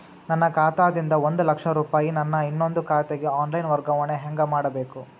ನನ್ನ ಖಾತಾ ದಿಂದ ಒಂದ ಲಕ್ಷ ರೂಪಾಯಿ ನನ್ನ ಇನ್ನೊಂದು ಖಾತೆಗೆ ಆನ್ ಲೈನ್ ವರ್ಗಾವಣೆ ಹೆಂಗ ಮಾಡಬೇಕು?